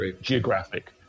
geographic